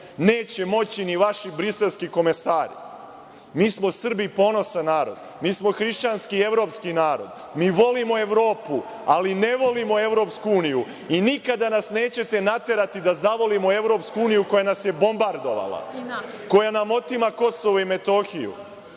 Neće moći ni vaši briselski komesari. Mi smo Srbi ponosan narod. Mi smo hrišćanski i evropski narod. Mi volimo Evropu, ali ne volimo Evropsku uniju i nikada nas nećete naterati da zavolimo Evropsku uniju koja nas je bombardovala, koja nam otima Kosovo i Metohiju,